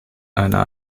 einer